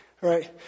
Right